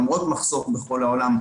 למרות מחסור בכל העולם,